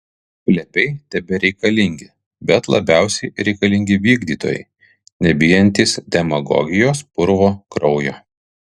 plepiai tebereikalingi bet labiausiai reikalingi vykdytojai nebijantys demagogijos purvo kraujo